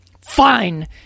Fine